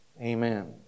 Amen